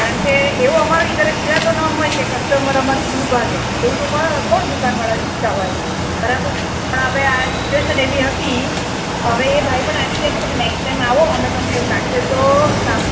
કારણ કે એવો અમારો ઈરા ઈરાદો ન હોય કે કસ્ટમર અમારા દૂર ભાગે એવું તો કોણ કોણ દુકાનવાળા ઇચ્છતા હોય બરાબર પણ હવે આ સિચ્યુએશન એવી હતી હવે એ ભાઈ પણ આવી ગયા છે તમે નેક્સ્ટ ટાઈમ આવો અમે તમને એવું લાગશે તો સામ